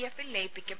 എഫിൽ ലയിപ്പിക്കും